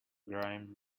grime